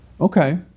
Okay